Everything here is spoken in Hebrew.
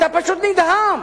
אתה פשוט נדהם.